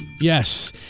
Yes